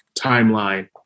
timeline